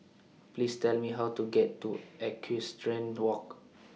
Please Tell Me How to get to Equestrian Walk